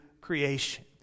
creation